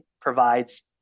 provides